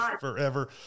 forever